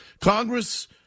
Congress